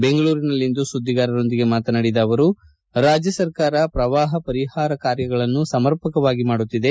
ಬೆಂಗಳೂರಿನಲ್ಲಿಂದು ಸುದ್ದಿಗಾರರೊಂದಿಗೆ ಮಾತನಾಡಿದ ಅವರು ರಾಜ್ಯಸರ್ಕಾರ ಪ್ರವಾಪ ಪರಿಪಾರ ಕಾರ್ಯಗಳನ್ನು ಸಮರ್ಪಕವಾಗಿ ಮಾಡುತ್ತಿದೆ